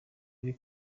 ari